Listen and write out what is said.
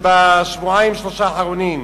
בשבועיים, שלושה האחרונים: